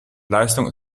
leistung